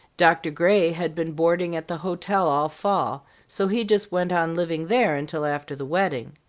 doctor gray had been boarding at the hotel all fall, so he just went on living there until after the wedding.